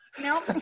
No